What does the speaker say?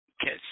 catch